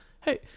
hey